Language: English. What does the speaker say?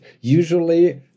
usually